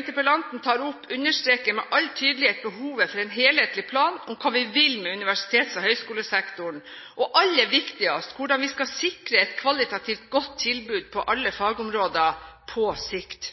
interpellanten tar opp, understreker med all tydelighet behovet for en helhetlig plan for hva vi vil med universitets- og høyskolesektoren, og – aller viktigst – hvordan vi skal sikre et kvalitativt godt tilbud på alle fagområder på sikt.